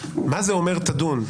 מה זה אומר תדון,